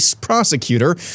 prosecutor